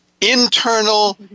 internal